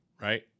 right